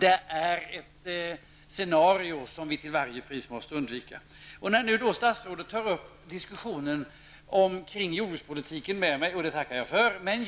Det är ett scenario som vi till varje pris måste undvika. Statsrådet tar upp en diskussion med mig om jordbrukspolitiken, och det tackar jag för. Men